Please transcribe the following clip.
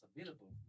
available